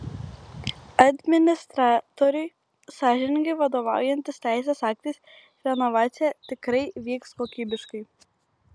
administratoriui sąžiningai vadovaujantis teisės aktais renovacija tikrai vyks kokybiškai